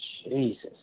Jesus